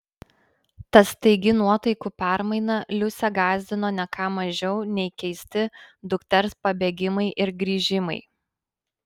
ta staigi nuotaikų permaina liusę gąsdino ne ką mažiau nei keisti dukters pabėgimai ir grįžimai